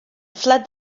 fled